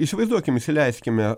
įsivaizduokim įsileiskime